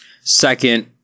second